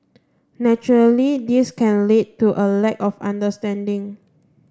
naturally this can lead to a lack of understanding